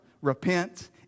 repent